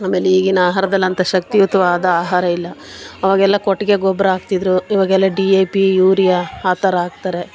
ಆಮೇಲೆ ಈಗಿನ ಆಹಾರದಲ್ಲಿ ಅಂಥ ಶಕ್ತಿಯುತವಾದ ಆಹಾರ ಇಲ್ಲ ಅವಾಗೆಲ್ಲ ಕೊಟ್ಟಿಗೆ ಗೊಬ್ಬರ ಹಾಕ್ತಿದ್ರು ಇವಾಗೆಲ್ಲ ಡಿ ಎ ಪಿ ಯೂರಿಯಾ ಆ ಥರ ಹಾಕ್ತಾರೆ